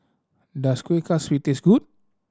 does Kuih Kaswi taste good